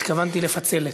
התכוונתי לפצל את,